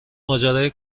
ماجرای